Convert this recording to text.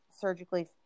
surgically